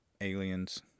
Aliens